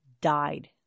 died